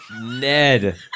ned